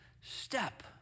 step